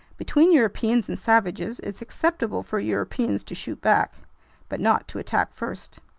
between europeans and savages, it's acceptable for europeans to shoot back but not to attack first.